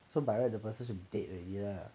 so by right the person should be dead already lah